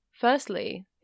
Firstly